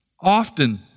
often